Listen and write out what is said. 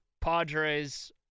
Padres